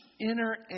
inner